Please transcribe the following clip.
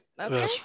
Okay